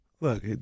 look